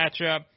matchup